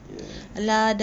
ya